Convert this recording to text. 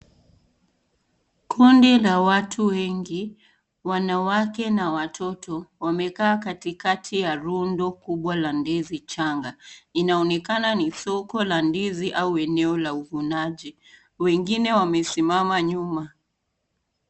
Kundi la watu wengi, wanawake na watoto, wamekaa kati kati ya rundo kubwa la ndizi changa. Inaonekana ni soko la ndizi au eneo la uvunaji. Wengine wamesimama nyuma.